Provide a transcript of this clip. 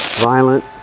violent.